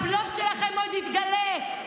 הבלוף שלכם עוד יתגלה,